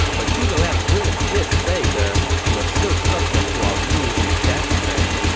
but zhuge liang really did say the you're still subject to our rule in death thing.